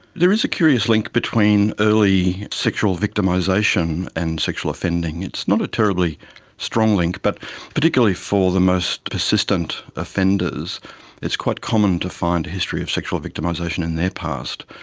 there is a curious link between early sexual victimisation and sexual offending. it's not a terribly strong link but particularly for the most persistent offenders it's quite common to find a history of sexual victimisation in their past.